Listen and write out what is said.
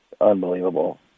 unbelievable